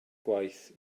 gwaith